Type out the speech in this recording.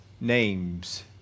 names